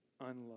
Unloved